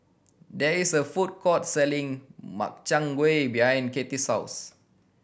there is a food court selling Makchang Gui behind Katy's house